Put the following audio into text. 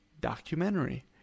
documentary